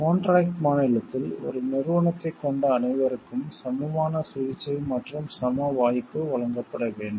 contract மாநிலத்தில் ஒரு நிறுவனத்தைக் கொண்ட அனைவருக்கும் சமமான சிகிச்சை மற்றும் சம வாய்ப்பு வழங்கப்பட வேண்டும்